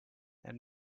and